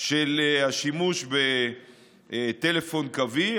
של השימוש בטלפון קווי.